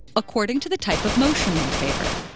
according to the type of motion they favor.